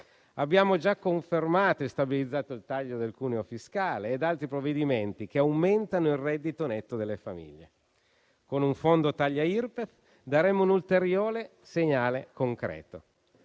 Abbiamo già confermato e stabilizzato il taglio del cuneo fiscale e a altri provvedimenti che aumentano il reddito netto delle famiglie. Con un fondo taglia Irpef daremo un ulteriore segnale concreto.